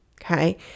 okay